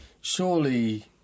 surely